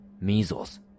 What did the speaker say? measles